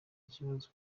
ikibazo